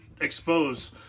expose